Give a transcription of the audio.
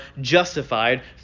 justified